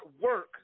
work